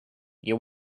you